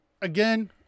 again